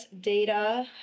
data